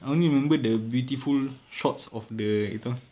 I only remember the beautiful shots of the itu